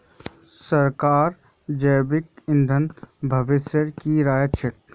सरकारक जैविक ईंधन भविष्येर की राय छ